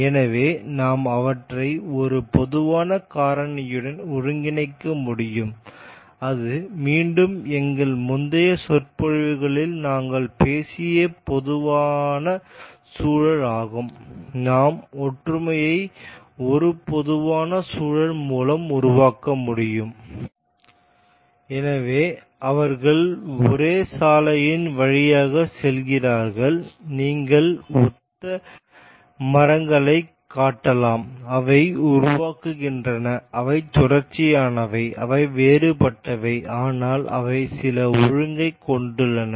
எனவே நாம் அவற்றை ஒரு பொதுவான காரணியுடன் ஒருங்கிணைக்க முடியும் அது மீண்டும் எங்கள் முந்தைய சொற்பொழிவுகளில் நாங்கள் பேசிய பொதுவான சூழல் ஆகும் நாம் ஒற்றுமையை ஒரு பொதுவான சூழல் மூலம் உருவாக்க முடியும் எனவே அவர்கள் ஒரே சாலையின் வழியாகச் செல்கிறார்கள் நீங்கள் ஒத்த மரங்களைக் காட்டலாம் அவை உருவாகின்றன அவை தொடர்ச்சியானவை அவை வேறுபட்டவை ஆனால் அவை சில ஒழுங்கைக் கொண்டுள்ளன